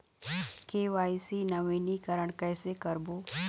KYC नवीनीकरण कैसे करबो?